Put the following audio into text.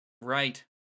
right